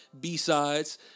B-sides